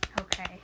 Okay